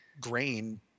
grain